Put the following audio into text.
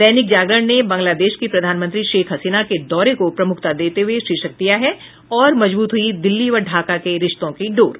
दैनिक जागरण ने बांग्लादेश की प्रधानमंत्री शेख हसीना के दौरे को प्रमुखता देते हुये शीर्षक दिया है और मजबूत हुयी दिल्ली व ढाका के रिश्तों की डोर